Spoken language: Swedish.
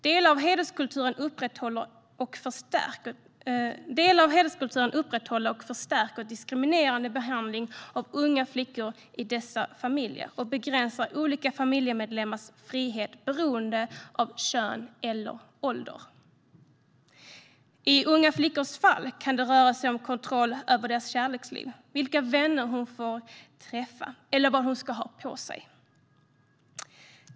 Delar av hederskulturen upprätthåller och förstärker diskriminerande behandling av unga flickor i dessa familjer, och den begränsar olika familjemedlemmars frihet beroende på kön eller ålder. I en ung flickas fall kan det röra sig om kontroll över hennes kärleksliv, vilka vänner hon får träffa eller vad hon ska ha på sig.